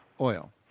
oil